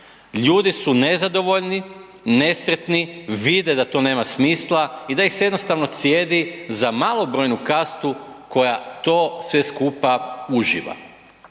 Ljudi su nezadovoljni, nesretni vide da to nema smisla i da ih se jednostavno cijedi za malobrojnu kastu koja to sve skupa uživa.